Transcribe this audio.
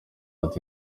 ati